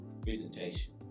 presentation